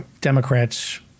Democrats